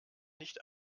nicht